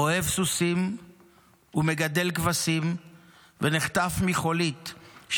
אוהב סוסים ומגדל כבשים ונחטף מחולית,